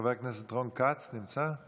חבר הכנסת רון כץ נמצא?